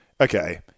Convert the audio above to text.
okay